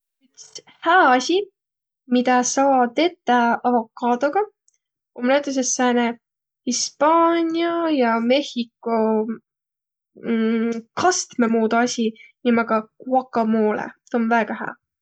Üts hää asi, midä saa tetäq avokaadoga, om näütüses sääne hispaania ja mehhiko kastmõ muudu asi nimega quacamole. Tuu om väega hää.